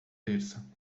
terça